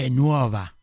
nuova